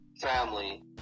family